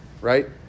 right